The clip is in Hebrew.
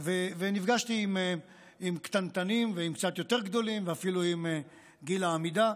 נפגשתי עם קטנטנים ועם קצת יותר גדולים ואפילו עם גיל העמידה.